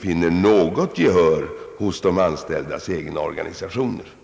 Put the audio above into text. vinner något gehör hos de anställdas organisationer.